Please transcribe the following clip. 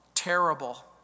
terrible